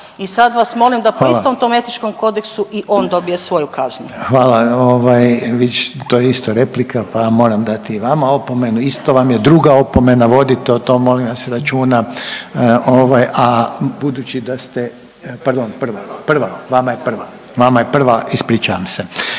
i sad vas molim da po istom tom etičkom kodeksu i on dobije svoju kaznu. **Reiner, Željko (HDZ)** Hvala ovaj vi ćete to je isto replika pa moram dati i vama opomenu, isto vam je druga opomena, vodite o tom molim vas računa, ovaj a budući da ste pardon prva, prva vama je prva, vama je